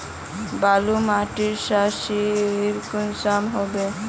बालू माटित सारीसा कुंसम होबे?